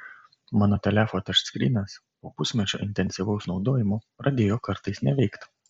mano telefo tačskrynas po pusmečio intensyvaus naudojimo pradėjo kartais neveikt